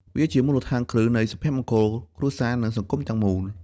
វាជាមូលដ្ឋានគ្រឹះនៃសុភមង្គលគ្រួសារ និងសង្គមទាំងមូល។